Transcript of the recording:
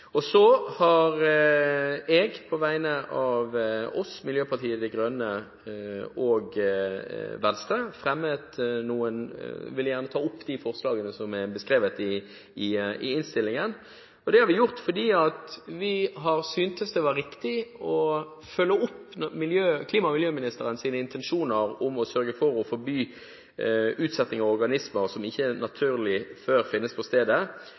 om. Så vil jeg på vegne av Sosialistisk Venstreparti, Miljøpartiet De Grønne og Venstre ta opp de forslagene som er beskrevet i innstillingen. Vi har fremmet forslagene fordi vi syntes det var riktig å følge opp klima- og miljøministerens intensjoner om å sørge for å forby utsetting av organismer som ikke naturlig finnes på stedet